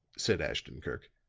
said ashton-kirk,